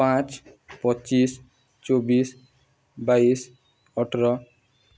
ପାଞ୍ଚ ପଚିଶି ଚବିଶି ବାଇଶି ଅଠର